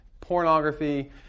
Pornography